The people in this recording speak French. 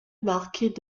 marquées